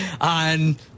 on